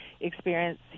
experience